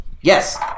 Yes